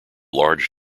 large